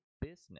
business